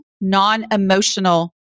non-emotional